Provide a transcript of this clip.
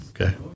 Okay